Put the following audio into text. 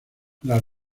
las